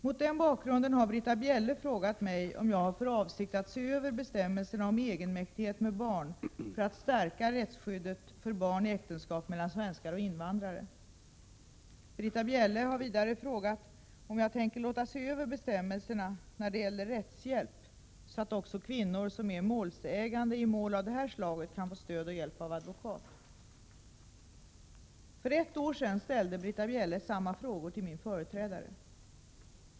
Mot den bakgrunden har Britta Bjelle frågat mig om jag har för avsikt att se över bestämmelserna om egenmäktighet med barn för att stärka rättsskyddet för barn i äktenskap mellan svenskar och invandrare. Britta Bjelle har vidare frågat om jag tänker låta se över bestämmelserna när det gäller rättshjälp så att också kvinnor som är målsägande i mål av det här slaget kan få stöd och hjälp av advokat. För ett år sedan ställde Britta Bjelle samma frågor till min företrädare.